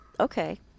Okay